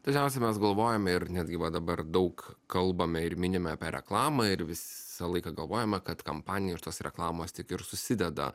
dažniausiai mes galvojame ir netgi va dabar daug kalbame ir minime apie reklamą ir visą laiką galvojame kad kampanija ir tos reklamos tik ir susideda